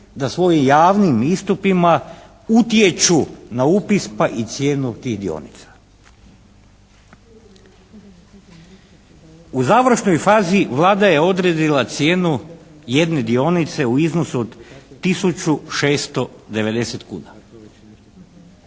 da svojim javnim istupima utječu na upis pa i cijenu tih dionica. U završnoj fazi Vlada je odredila cijenu jedne dionice u iznosu od tisuću 690 kuna.